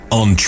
on